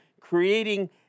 creating